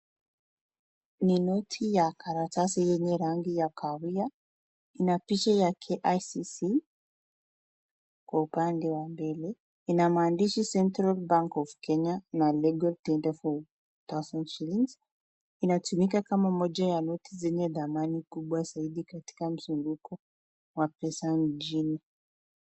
Ni noti ya karatasi yenye rangi ya kahawia ina picha ya KICC kwa upande wa mbele ina maandishi Central Bank of Kenya na Legal Tender For One Thousand Shilling ,inatumika kama moja ya noti zenye thamani kubwa katika mzunguko wa pesa mjini.